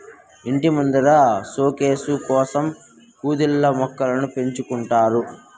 ఇంటి ముందర సోకేసు కోసం కుదిల్లో మొక్కలను పెంచుకుంటారు